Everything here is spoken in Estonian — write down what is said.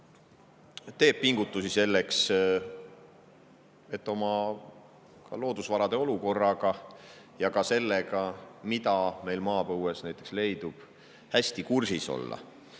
pingutusi selleks, et olla oma loodusvarade olukorraga ja ka sellega, mida meil maapõues leidub, hästi kursis.